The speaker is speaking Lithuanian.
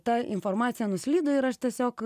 ta informacija nuslydo ir aš tiesiog